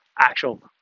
actual